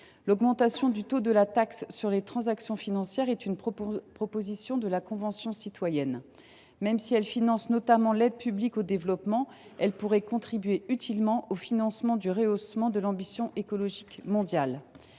L’augmentation du taux de la taxe sur les transactions financières (TTF) est une proposition de la Convention citoyenne pour le climat. Même si cette taxe finance notamment l’aide publique au développement, une telle augmentation pourrait contribuer utilement au financement du rehaussement de l’ambition écologique mondiale.